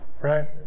Right